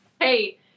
hey